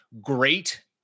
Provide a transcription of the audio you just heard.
great